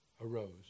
arose